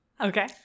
okay